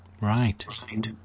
Right